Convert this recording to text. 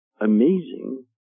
amazing